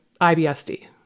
IBSD